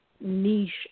niche